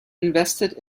invested